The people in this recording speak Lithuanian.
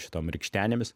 šitom rikštenėmis